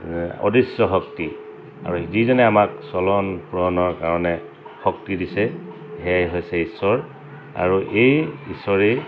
অদৃশ্য শক্তি আৰু যিজনে আমাক চলন ফুৰণৰ কাৰণে শক্তি দিছে সেয়াই হৈছে ঈশ্বৰ আৰু এই ঈশ্বৰেই